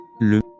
le